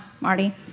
Marty